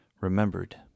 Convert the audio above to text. remembered